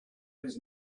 has